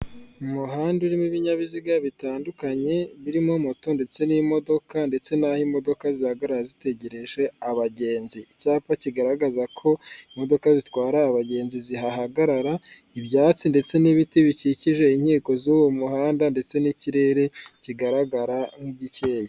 Umuhanda urimo ibinyabiziga bitandukanye birimo moto ndetse n'imodoka ndetse n'aho imodoka zihagarara zitegereje abagenzi, icyapa kigaragaza ko imodoka zitwara abagenzi zihahagarara ibyatsi ndetse n'ibiti bikikije inkiko z'uwo muhanda ndetse n'ikirere kigaragara nk'igikeye.